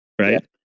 Right